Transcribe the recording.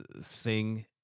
sing